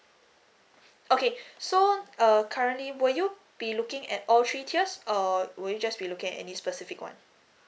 okay so err currently will you be looking at all three tiers or will you just be looking at any specific one